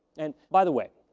and, by the way,